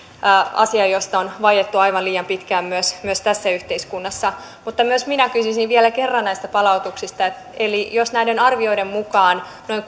asia josta on vaiettu aivan liian pitkään myös myös tässä yhteiskunnassa mutta myös minä kysyisin vielä kerran näistä palautuksista jos näiden arvioiden mukaan noin